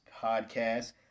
podcast